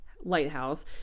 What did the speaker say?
Lighthouse